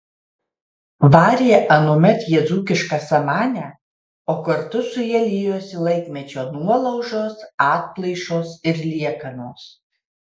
varė anuomet jie dzūkišką samanę o kartu su ja liejosi laikmečio nuolaužos atplaišos ir liekanos